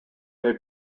they